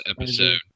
episode